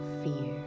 fear